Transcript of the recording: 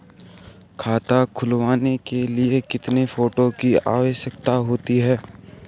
खाता खुलवाने के लिए कितने फोटो की आवश्यकता होती है?